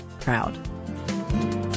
proud